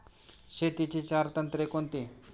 शेतीची चार तंत्रे कोणती?